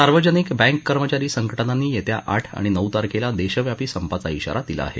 सार्वजनिक बँक कर्मचारी संघटनांनी येत्या आठ आणि नऊ तारखेला देशव्यापी संपाचा आारा दिला आहे